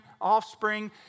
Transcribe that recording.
offspring